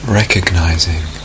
recognizing